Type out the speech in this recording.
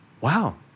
wow